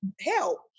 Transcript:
help